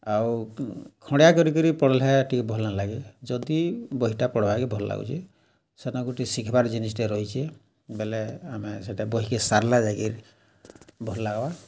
ଆଉ ଖଣ୍ଡିଆ କରିକରି ପଢ଼୍ଲେ ଟିକେ ଭଲ୍ ନାଲାଗେ ଯଦି ବହିଟା ପଢ଼୍ବାକେ ଭଲ୍ ଲାଗୁଚେ ସେନ ଗୁଟେ ଶିଖ୍ବାର୍ ଜିନିଷ୍ଟେ ରହିଚେ ବେଲେ ଆମେ ସେଟା ବହିକେ ସାର୍ଲେ ଯାଇକରି ଭଲ୍ ଲାଗ୍ବା